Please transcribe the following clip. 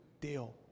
deal